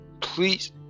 please